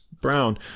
Brown